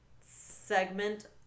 segment